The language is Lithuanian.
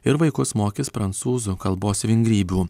ir vaikus mokys prancūzų kalbos vingrybių